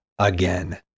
again